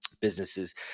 Businesses